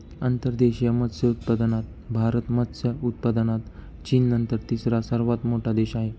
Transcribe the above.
अंतर्देशीय मत्स्योत्पादनात भारत मत्स्य उत्पादनात चीननंतर तिसरा सर्वात मोठा देश आहे